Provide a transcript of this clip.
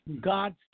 God's